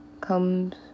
comes